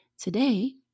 today